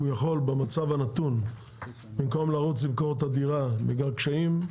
שהוא יכול במצב הנתון במקום לרוץ למכור את הדירה בגלל קשיים,